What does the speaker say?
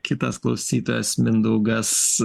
kitas klausytojas mindaugas